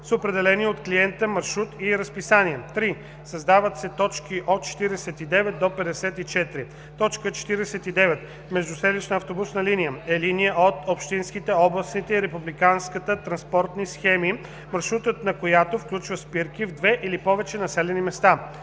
с определени от клиента маршрут и разписание.“ 3. Създават се т. 49 – 54: „49. „Междуселищна автобусна линия“ е линия от общинските, областните и републиканската транспортни схеми, маршрутът на която включва спирки в две или повече населени места.